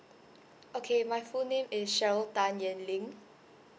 okay my full name is sheryl tan yen ling